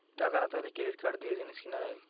টাকা না থাকলে ক্রেডিট কার্ড দিয়ে জিনিস কিনা যায়